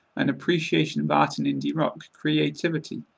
an appreciation of art and indie-rock, creativity,